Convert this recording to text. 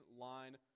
line